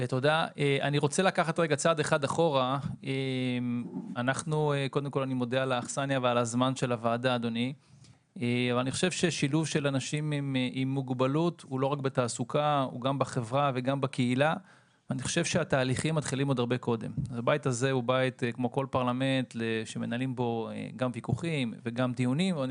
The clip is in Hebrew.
בית כמו כל פרלמנט שמנהלים בו ויכוחים ודיונים אבל אני